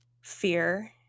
fear